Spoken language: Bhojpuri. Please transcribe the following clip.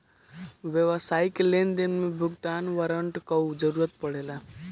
व्यावसायिक लेनदेन में भुगतान वारंट कअ जरुरत पड़ेला